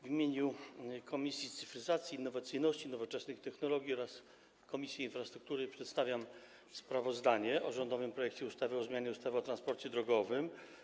W imieniu Komisji Cyfryzacji, Innowacyjności i Nowoczesnych Technologii oraz Komisji Infrastruktury przedstawiam sprawozdanie o rządowym projekcie ustawy o zmianie ustawy o transporcie drogowym.